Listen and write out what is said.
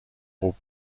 خوب